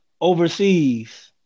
overseas